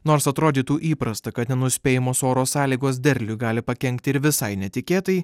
nors atrodytų įprasta kad nenuspėjamos oro sąlygos derliui gali pakenkti ir visai netikėtai